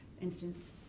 instance